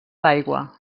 l’aigua